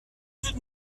tout